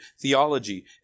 theology